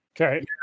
Okay